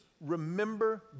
remember